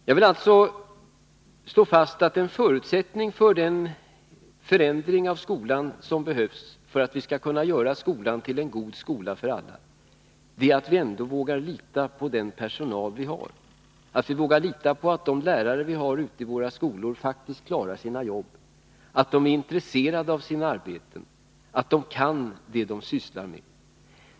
Jag vill alltså slå fast att en förutsättning för den förändring av skolan som behövs för att vi skall kunna göra skolan till en god skola för alla är att vi vågar lita på den personal som vi har, att vi vågar lita på att lärarna ute i våra skolor faktiskt klarar sina jobb, är intresserade av sina arbeten och kan det som de sysslar med.